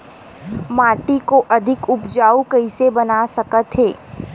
माटी को अधिक उपजाऊ कइसे बना सकत हे?